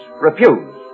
refuse